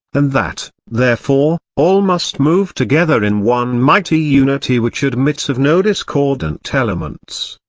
and that, therefore, all must move together in one mighty unity which admits of no discordant elements.